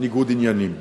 ניגוד עניינים.